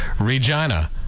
Regina